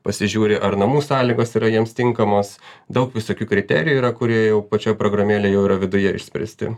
pasižiūri ar namų sąlygos yra jiems tinkamos daug visokių kriterijų yra kur jie jau pačioj programėlėj jau yra viduje išspręsti